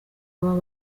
baba